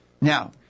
Now